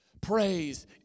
Praise